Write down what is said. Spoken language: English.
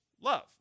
love